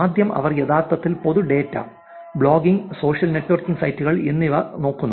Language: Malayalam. ആദ്യം അവർ യഥാർത്ഥത്തിൽ പൊതു ഡാറ്റ ബ്ലോഗിംഗ് സോഷ്യൽ നെറ്റ്വർക്കിംഗ് സൈറ്റുകൾ എന്നിവ നോക്കുന്നു